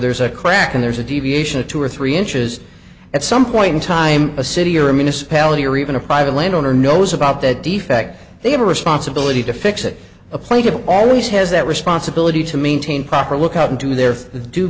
there's a crack and there's a deviation of two or three inches at some point in time a city or a municipality or even a private landowner knows about that defect they have a responsibility to fix it up played it always has that responsibility to maintain proper look out into their do